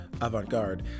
avant-garde